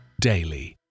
daily